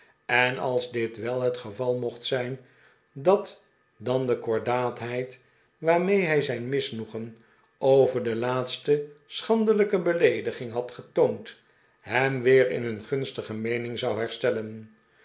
en als dit wel het geval mocht zijn dat dan de kordaatheid waarmee hij zijn misnoegen over de laatste schandelijke beleediging had getoond hem weer in hun gunstige meening zou herstellen